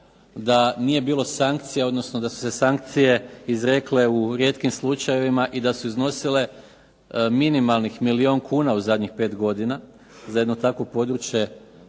da nije bilo sankcija, odnosno da su se sankcije izrekle u rijetkim slučajevima i da su iznosile minimalnih milijun kuna u zadnjih 5 godina, za jedno takvo područje